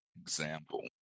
example